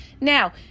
now